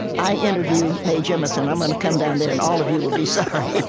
i interview mae jemison. i'm gonna come down there, and all of you will be sorry.